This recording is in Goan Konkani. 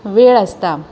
वेळ आसता